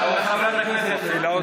ולכל העולם צריכים להגיד את זה.